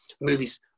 movies